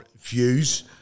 views